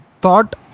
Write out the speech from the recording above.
thought